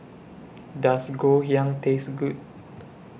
Does Ngoh Hiang Taste Good